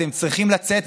אתם צריכים לצאת,